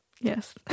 Yes